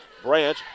Branch